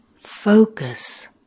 Focus